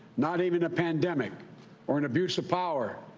not even a pandemic or an abuse of power,